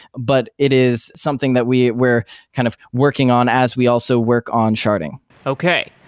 but it is something that we were kind of working on as we also work on sharding okay.